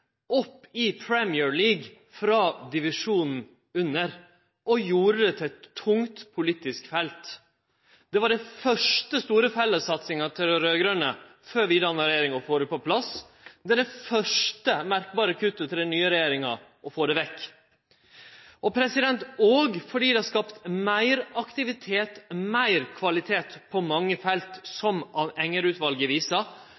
opp i «Premier League» frå divisjonen under og gjorde det til eit tungt politisk felt. Det var den første store fellessatsinga til dei raud-grøne – før vi danna regjering – å få det på plass. Det er det første merkbare kuttet til den nye regjeringa, å få det vekk. Punkt to: Fordi det har skapt meir aktivitet og meir kvalitet på mange felt,